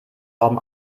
warum